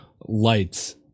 lights